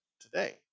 today